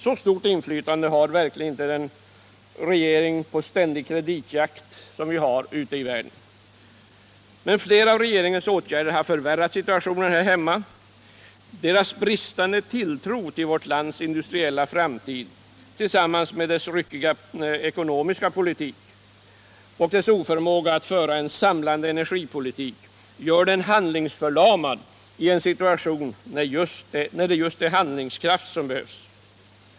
Så stort inflytande har verkligen inte en regering på ständig kreditjakt ute i världen! Men flera av regeringens åtgärder har förvärrat situationen här hemma. Dess bristande tilltro till vårt lands industriella framtid tillsammans med dess ryckiga ekonomiska politik och dess oförmåga att föra en samlande energipolitik gör den handlingsförlamad i en situation där det just är handlingskraft som behövs.